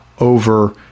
over